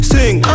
Sing